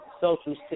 social